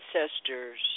ancestors